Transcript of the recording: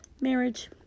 Marriage